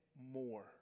more